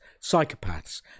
psychopaths